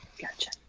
Gotcha